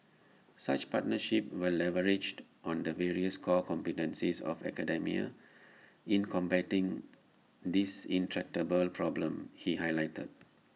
such partnerships will leverage on the various core competencies of academia in combating this intractable problem he highlighted